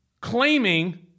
claiming